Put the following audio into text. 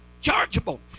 chargeable